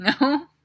No